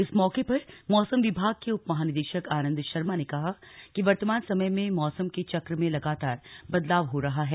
इस मौके पर मौसम विभाग के उप महानिदेशक आनंद शर्मा ने कहा कि वर्तमान समय में मौसम के चक्र में लगातार बदलाव हो रहा है